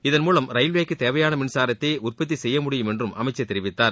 இதன்மூலம் ரயில்வேக்கு தேவையான மின்சாரத்தை உற்பத்தி செய்யமுடியும் என்று அமைச்சர் தெரிவித்தார்